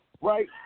right